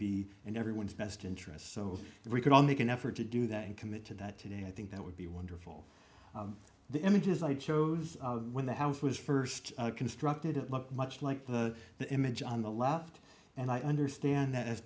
be in everyone's best interest so we could all make an effort to do that and commit to that today i think that would be wonderful the images i chose when the house was first constructed to look much like the the image on the left and i understand that as